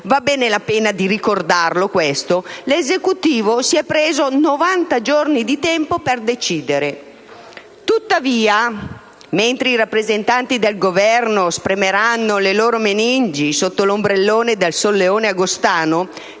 val bene la pena di ricordarlo - l'Esecutivo si è preso 90 giorni di tempo per decidere. Tuttavia, mentre i rappresentanti del Governo spremeranno le loro meningi sotto l'ombrellone nel solleone agostano,